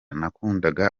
nakundaga